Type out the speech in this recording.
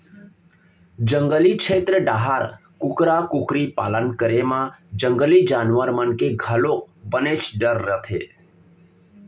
जंगली छेत्र डाहर कुकरा कुकरी पालन करे म जंगली जानवर मन के घलोक बनेच डर रथे